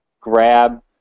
grab